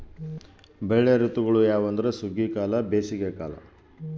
ಬೆಳೆ ಋತುಗಳು ಯಾವ್ಯಾವು?